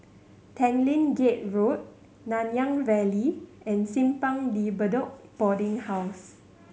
Tanglin Gate Road Nanyang Valley and Simpang De Bedok Boarding House